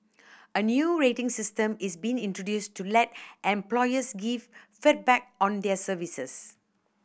a new rating system is being introduced to let employers give feedback on their services